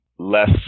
less